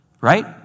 right